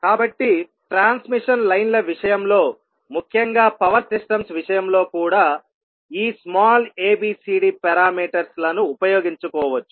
కాబట్టి ట్రాన్స్మిషన్ లైన్ల విషయంలో ముఖ్యంగా పవర్ సిస్టమ్స్ విషయంలో కూడా ఈ స్మాల్ abcd పారామీటర్స్ లను ఉపయోగించుకోవచ్చు